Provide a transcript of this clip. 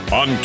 on